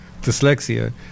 dyslexia